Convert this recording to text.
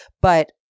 but-